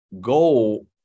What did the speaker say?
goal